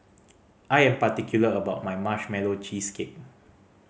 I am particular about my Marshmallow Cheesecake